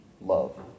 love